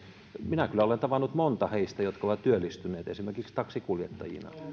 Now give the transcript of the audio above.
minä kyllä olen tavannut heistä monta jotka ovat työllistyneet esimerkiksi taksinkuljettajina